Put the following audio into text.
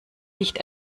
licht